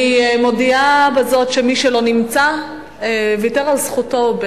אני מודיעה בזאת שמי שלא נמצא ויתר על זכותו,